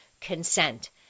consent